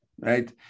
right